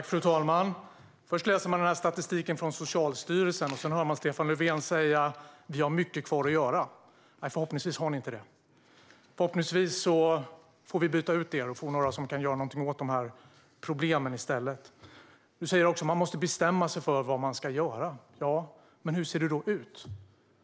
Fru talman! Först läser man statistiken från Socialstyrelsen, och sedan hör man Stefan Löfven säga att det finns mycket kvar att göra. Nej, förhoppningsvis har ni inte det. Förhoppningsvis byts ni ut och det kommer några som kan göra något åt problemen. Stefan Löfven säger också att man måste bestämma sig för vad man ska göra. Men hur ser det då ut?